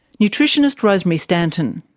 nutritionist rosemary stanton.